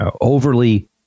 overly